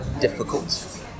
difficult